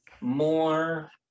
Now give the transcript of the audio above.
more